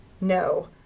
No